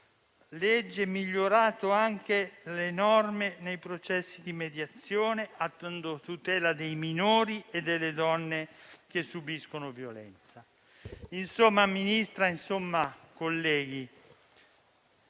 migliorato anche le norme nei processi di mediazione a tutela dei minori e delle donne che subiscono violenza. Ministra, colleghi,